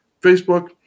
Facebook